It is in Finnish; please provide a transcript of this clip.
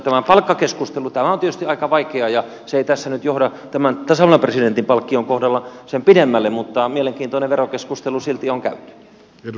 tämä palkkakeskustelu on tietysti aika vaikea ja se ei tässä nyt johda tämän tasavallan presidentin palkkion kohdalla sen pidemmälle mutta mielenkiintoinen verokeskustelu silti on käyty